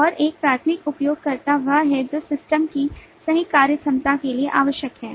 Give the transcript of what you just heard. और एक माध्यमिक उपयोगकर्ता वह है जो सिस्टम की सही कार्यक्षमता के लिए आवश्यक है